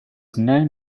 known